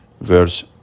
Verse